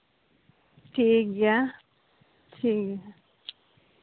ᱴᱷᱤᱠ ᱜᱮᱭᱟ ᱴᱷᱤᱠ ᱜᱮᱭᱟ